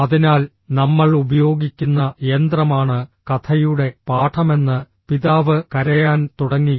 അതിനാൽ നമ്മൾ ഉപയോഗിക്കുന്ന യന്ത്രമാണ് കഥയുടെ പാഠമെന്ന് പിതാവ് കരയാൻ തുടങ്ങി